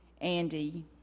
Andy